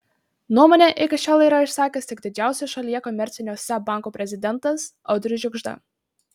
nuomonę iki šiol yra išsakęs tik didžiausio šalyje komercinio seb banko prezidentas audrius žiugžda